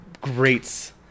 greats